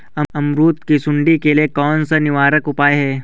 अमरूद की सुंडी के लिए कौन सा निवारक उपाय है?